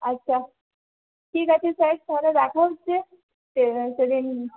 আচ্ছা ঠিক আছে স্যার তাহলে দেখা হচ্ছে সেদিন